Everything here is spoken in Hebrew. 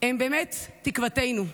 הן באמת תקוותנו.